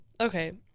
okay